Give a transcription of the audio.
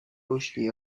رشدی